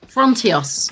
Frontios